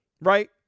right